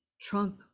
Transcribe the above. Trump